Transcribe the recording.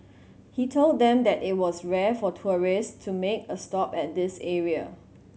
he told them that it was rare for tourist to make a stop at this area